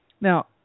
Now